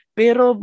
pero